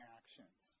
actions